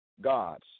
gods